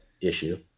issue